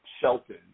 Shelton